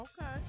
Okay